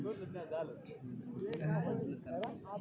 వరి పంట కోసేకి ఉపయోగించే మిషన్ ఏమి అది ఎక్కడ ఉంది?